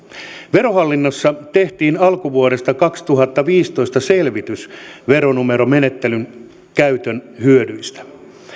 verohallinnossa tehtiin alkuvuodesta kaksituhattaviisitoista selvitys veronumeromenettelyn käytön hyödyistä